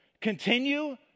Continue